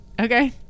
Okay